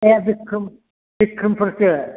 ए Bikram बिक्रमपुरसो